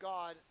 God